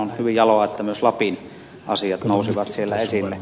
on hyvin jaloa että myös lapin asiat nousivat siellä esille